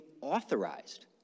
authorized